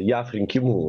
jav rinkimų